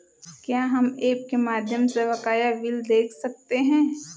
क्या हम ऐप के माध्यम से बकाया बिल देख सकते हैं?